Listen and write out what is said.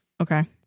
Okay